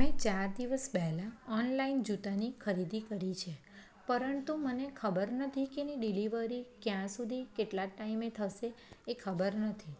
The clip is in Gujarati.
મેં ચાર દિવસ પહેલાં ઓનલાઇન જૂતાની ખરીદી કરી છે પરંતુ મને ખબર નથી કે એની ડિલિવરી ક્યાં સુધી કેટલા ટાઇમે થશે એ ખબર નથી